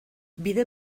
bide